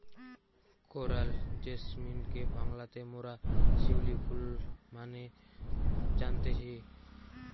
coral জেসমিনকে বাংলাতে মোরা শিউলি ফুল মানে জানতেছি